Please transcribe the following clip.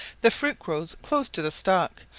the fruit grows close to the stalk,